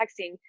texting